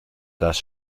das